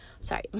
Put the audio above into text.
sorry